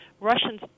Russians